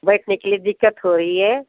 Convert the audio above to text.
बैठ ने के लिए दिक्कत हो रही है